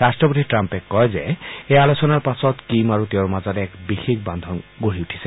ৰাট্ট্ৰপতি ট্ৰাম্পে কয় যে এই আলোচনাৰ পাছত কিম আৰু তেওঁৰ মাজত এক বিশেষ বান্ধোন গঢ়ি উঠিছে